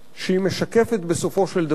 והיא משקפת בסופו של דבר